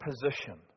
position